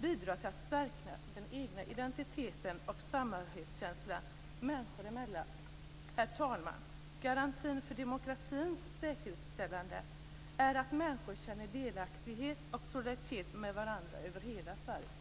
bidrar till att stärka den egna identiteten och samhörighetskänslan människor emellan. Herr talman! Garantin för demokratins säkerställande är att människor känner delaktighet och solidaritet med varandra över hela Sverige.